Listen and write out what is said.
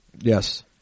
yes